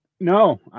no